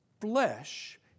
flesh